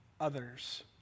others